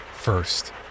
First